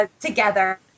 together